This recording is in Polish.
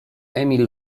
emil